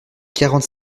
quarante